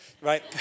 right